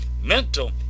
mental